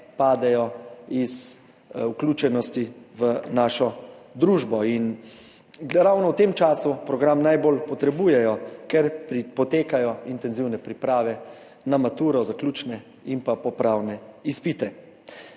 padejo iz vključenosti v našo družbo. Ravno v tem času program najbolj potrebujejo, ker potekajo intenzivne priprave na maturo, zaključne in popravne izpite.